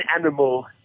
animal